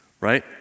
Right